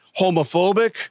homophobic